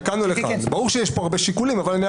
על פי תבחינים של בית המשפט